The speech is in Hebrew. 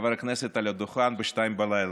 חבר כנסת על הדוכן ב-02:00.